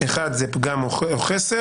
אחד זה פגם או חסר,